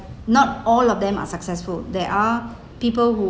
not all of them are successful there are people who